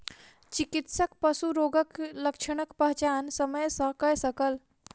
चिकित्सक पशु रोगक लक्षणक पहचान समय सॅ कय सकल